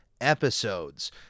episodes